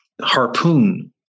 harpoon